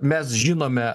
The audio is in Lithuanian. mes žinome